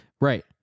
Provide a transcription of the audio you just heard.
Right